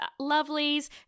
lovelies